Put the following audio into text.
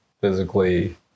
physically